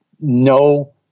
no